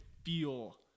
Feel